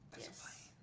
Yes